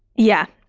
yeah.